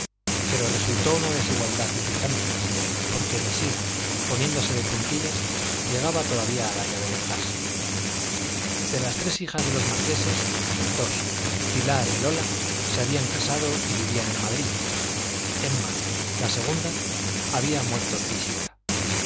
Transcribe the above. pero resultó una desigualdad irritante porque mesía poniéndose de puntillas llegaba todavía a la llave del gas de las tres hijas de los marqueses dos pilar y lola se habían casado y vivían en madrid emma la segunda había muerto tísica